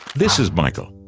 this is michael.